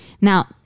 now